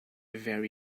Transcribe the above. very